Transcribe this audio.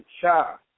Cha